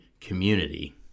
community